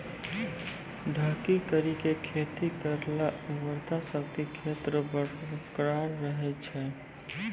ढकी करी के खेती करला उर्वरा शक्ति खेत रो बरकरार रहे छै